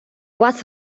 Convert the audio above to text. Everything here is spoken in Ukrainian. вас